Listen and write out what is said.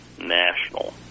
National